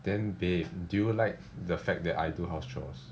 then babe do you like the fact that I do house chores